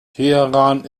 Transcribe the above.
teheran